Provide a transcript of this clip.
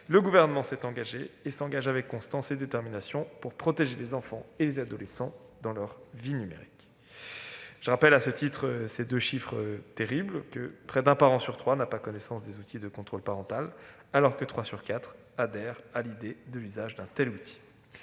le Gouvernement s'est engagé et s'engage avec constance et détermination pour protéger les enfants et les adolescents dans leur vie numérique. Je rappelle, à ce titre, deux chiffres terribles : près d'un parent sur trois n'a pas connaissance des outils de contrôle parental, alors que trois parents sur quatre adhèrent à l'idée de l'usage d'un tel outil